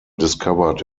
discovered